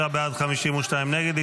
45 בעד, 52 נגד.